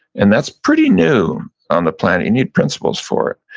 and that's pretty new on the planet, you need principles for it.